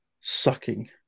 sucking